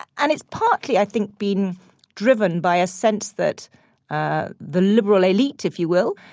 and it's partly i think been driven by a sense that ah the liberal elite, if you will,